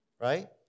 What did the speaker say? right